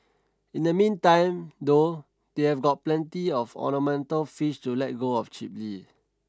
in the meantime though they have got plenty of ornamental fish to let go of cheaply